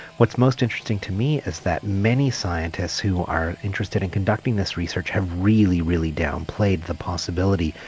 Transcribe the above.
what's most interesting to me is that many scientists who are interested in conducting this research have really, really downplayed the possibility,